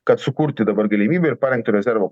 kad sukurti dabar galimybę ir parengto rezervo